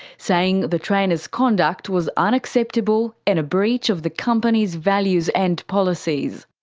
saying the trainer's conduct was unacceptable and a breach of the company's values and policies.